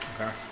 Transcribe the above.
Okay